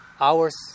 hours